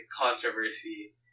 controversy